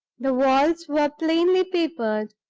the walls were plainly papered,